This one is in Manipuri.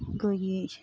ꯑꯩꯈꯣꯏꯒꯤ